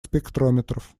спектрометров